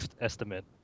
estimate